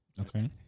Okay